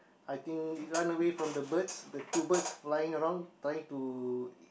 I think it run away from the birds the two birds flying around trying to